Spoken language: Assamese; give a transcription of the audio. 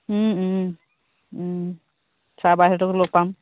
ছাৰ বাইদেউহঁতকো লগ পাম